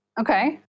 okay